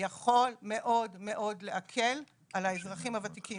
יכולות מאוד מאוד להקל על האזרחים הוותיקים.